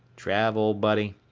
trav, old buddy,